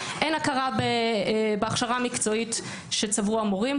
אין הכשרה בהכשרה מקצועית שצברו המורים,